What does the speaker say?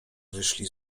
wyszli